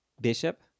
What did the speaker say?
Bishop